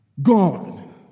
Gone